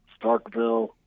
Starkville